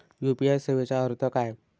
UPI सेवेचा अर्थ काय?